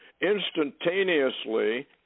instantaneously